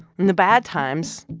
in the bad times,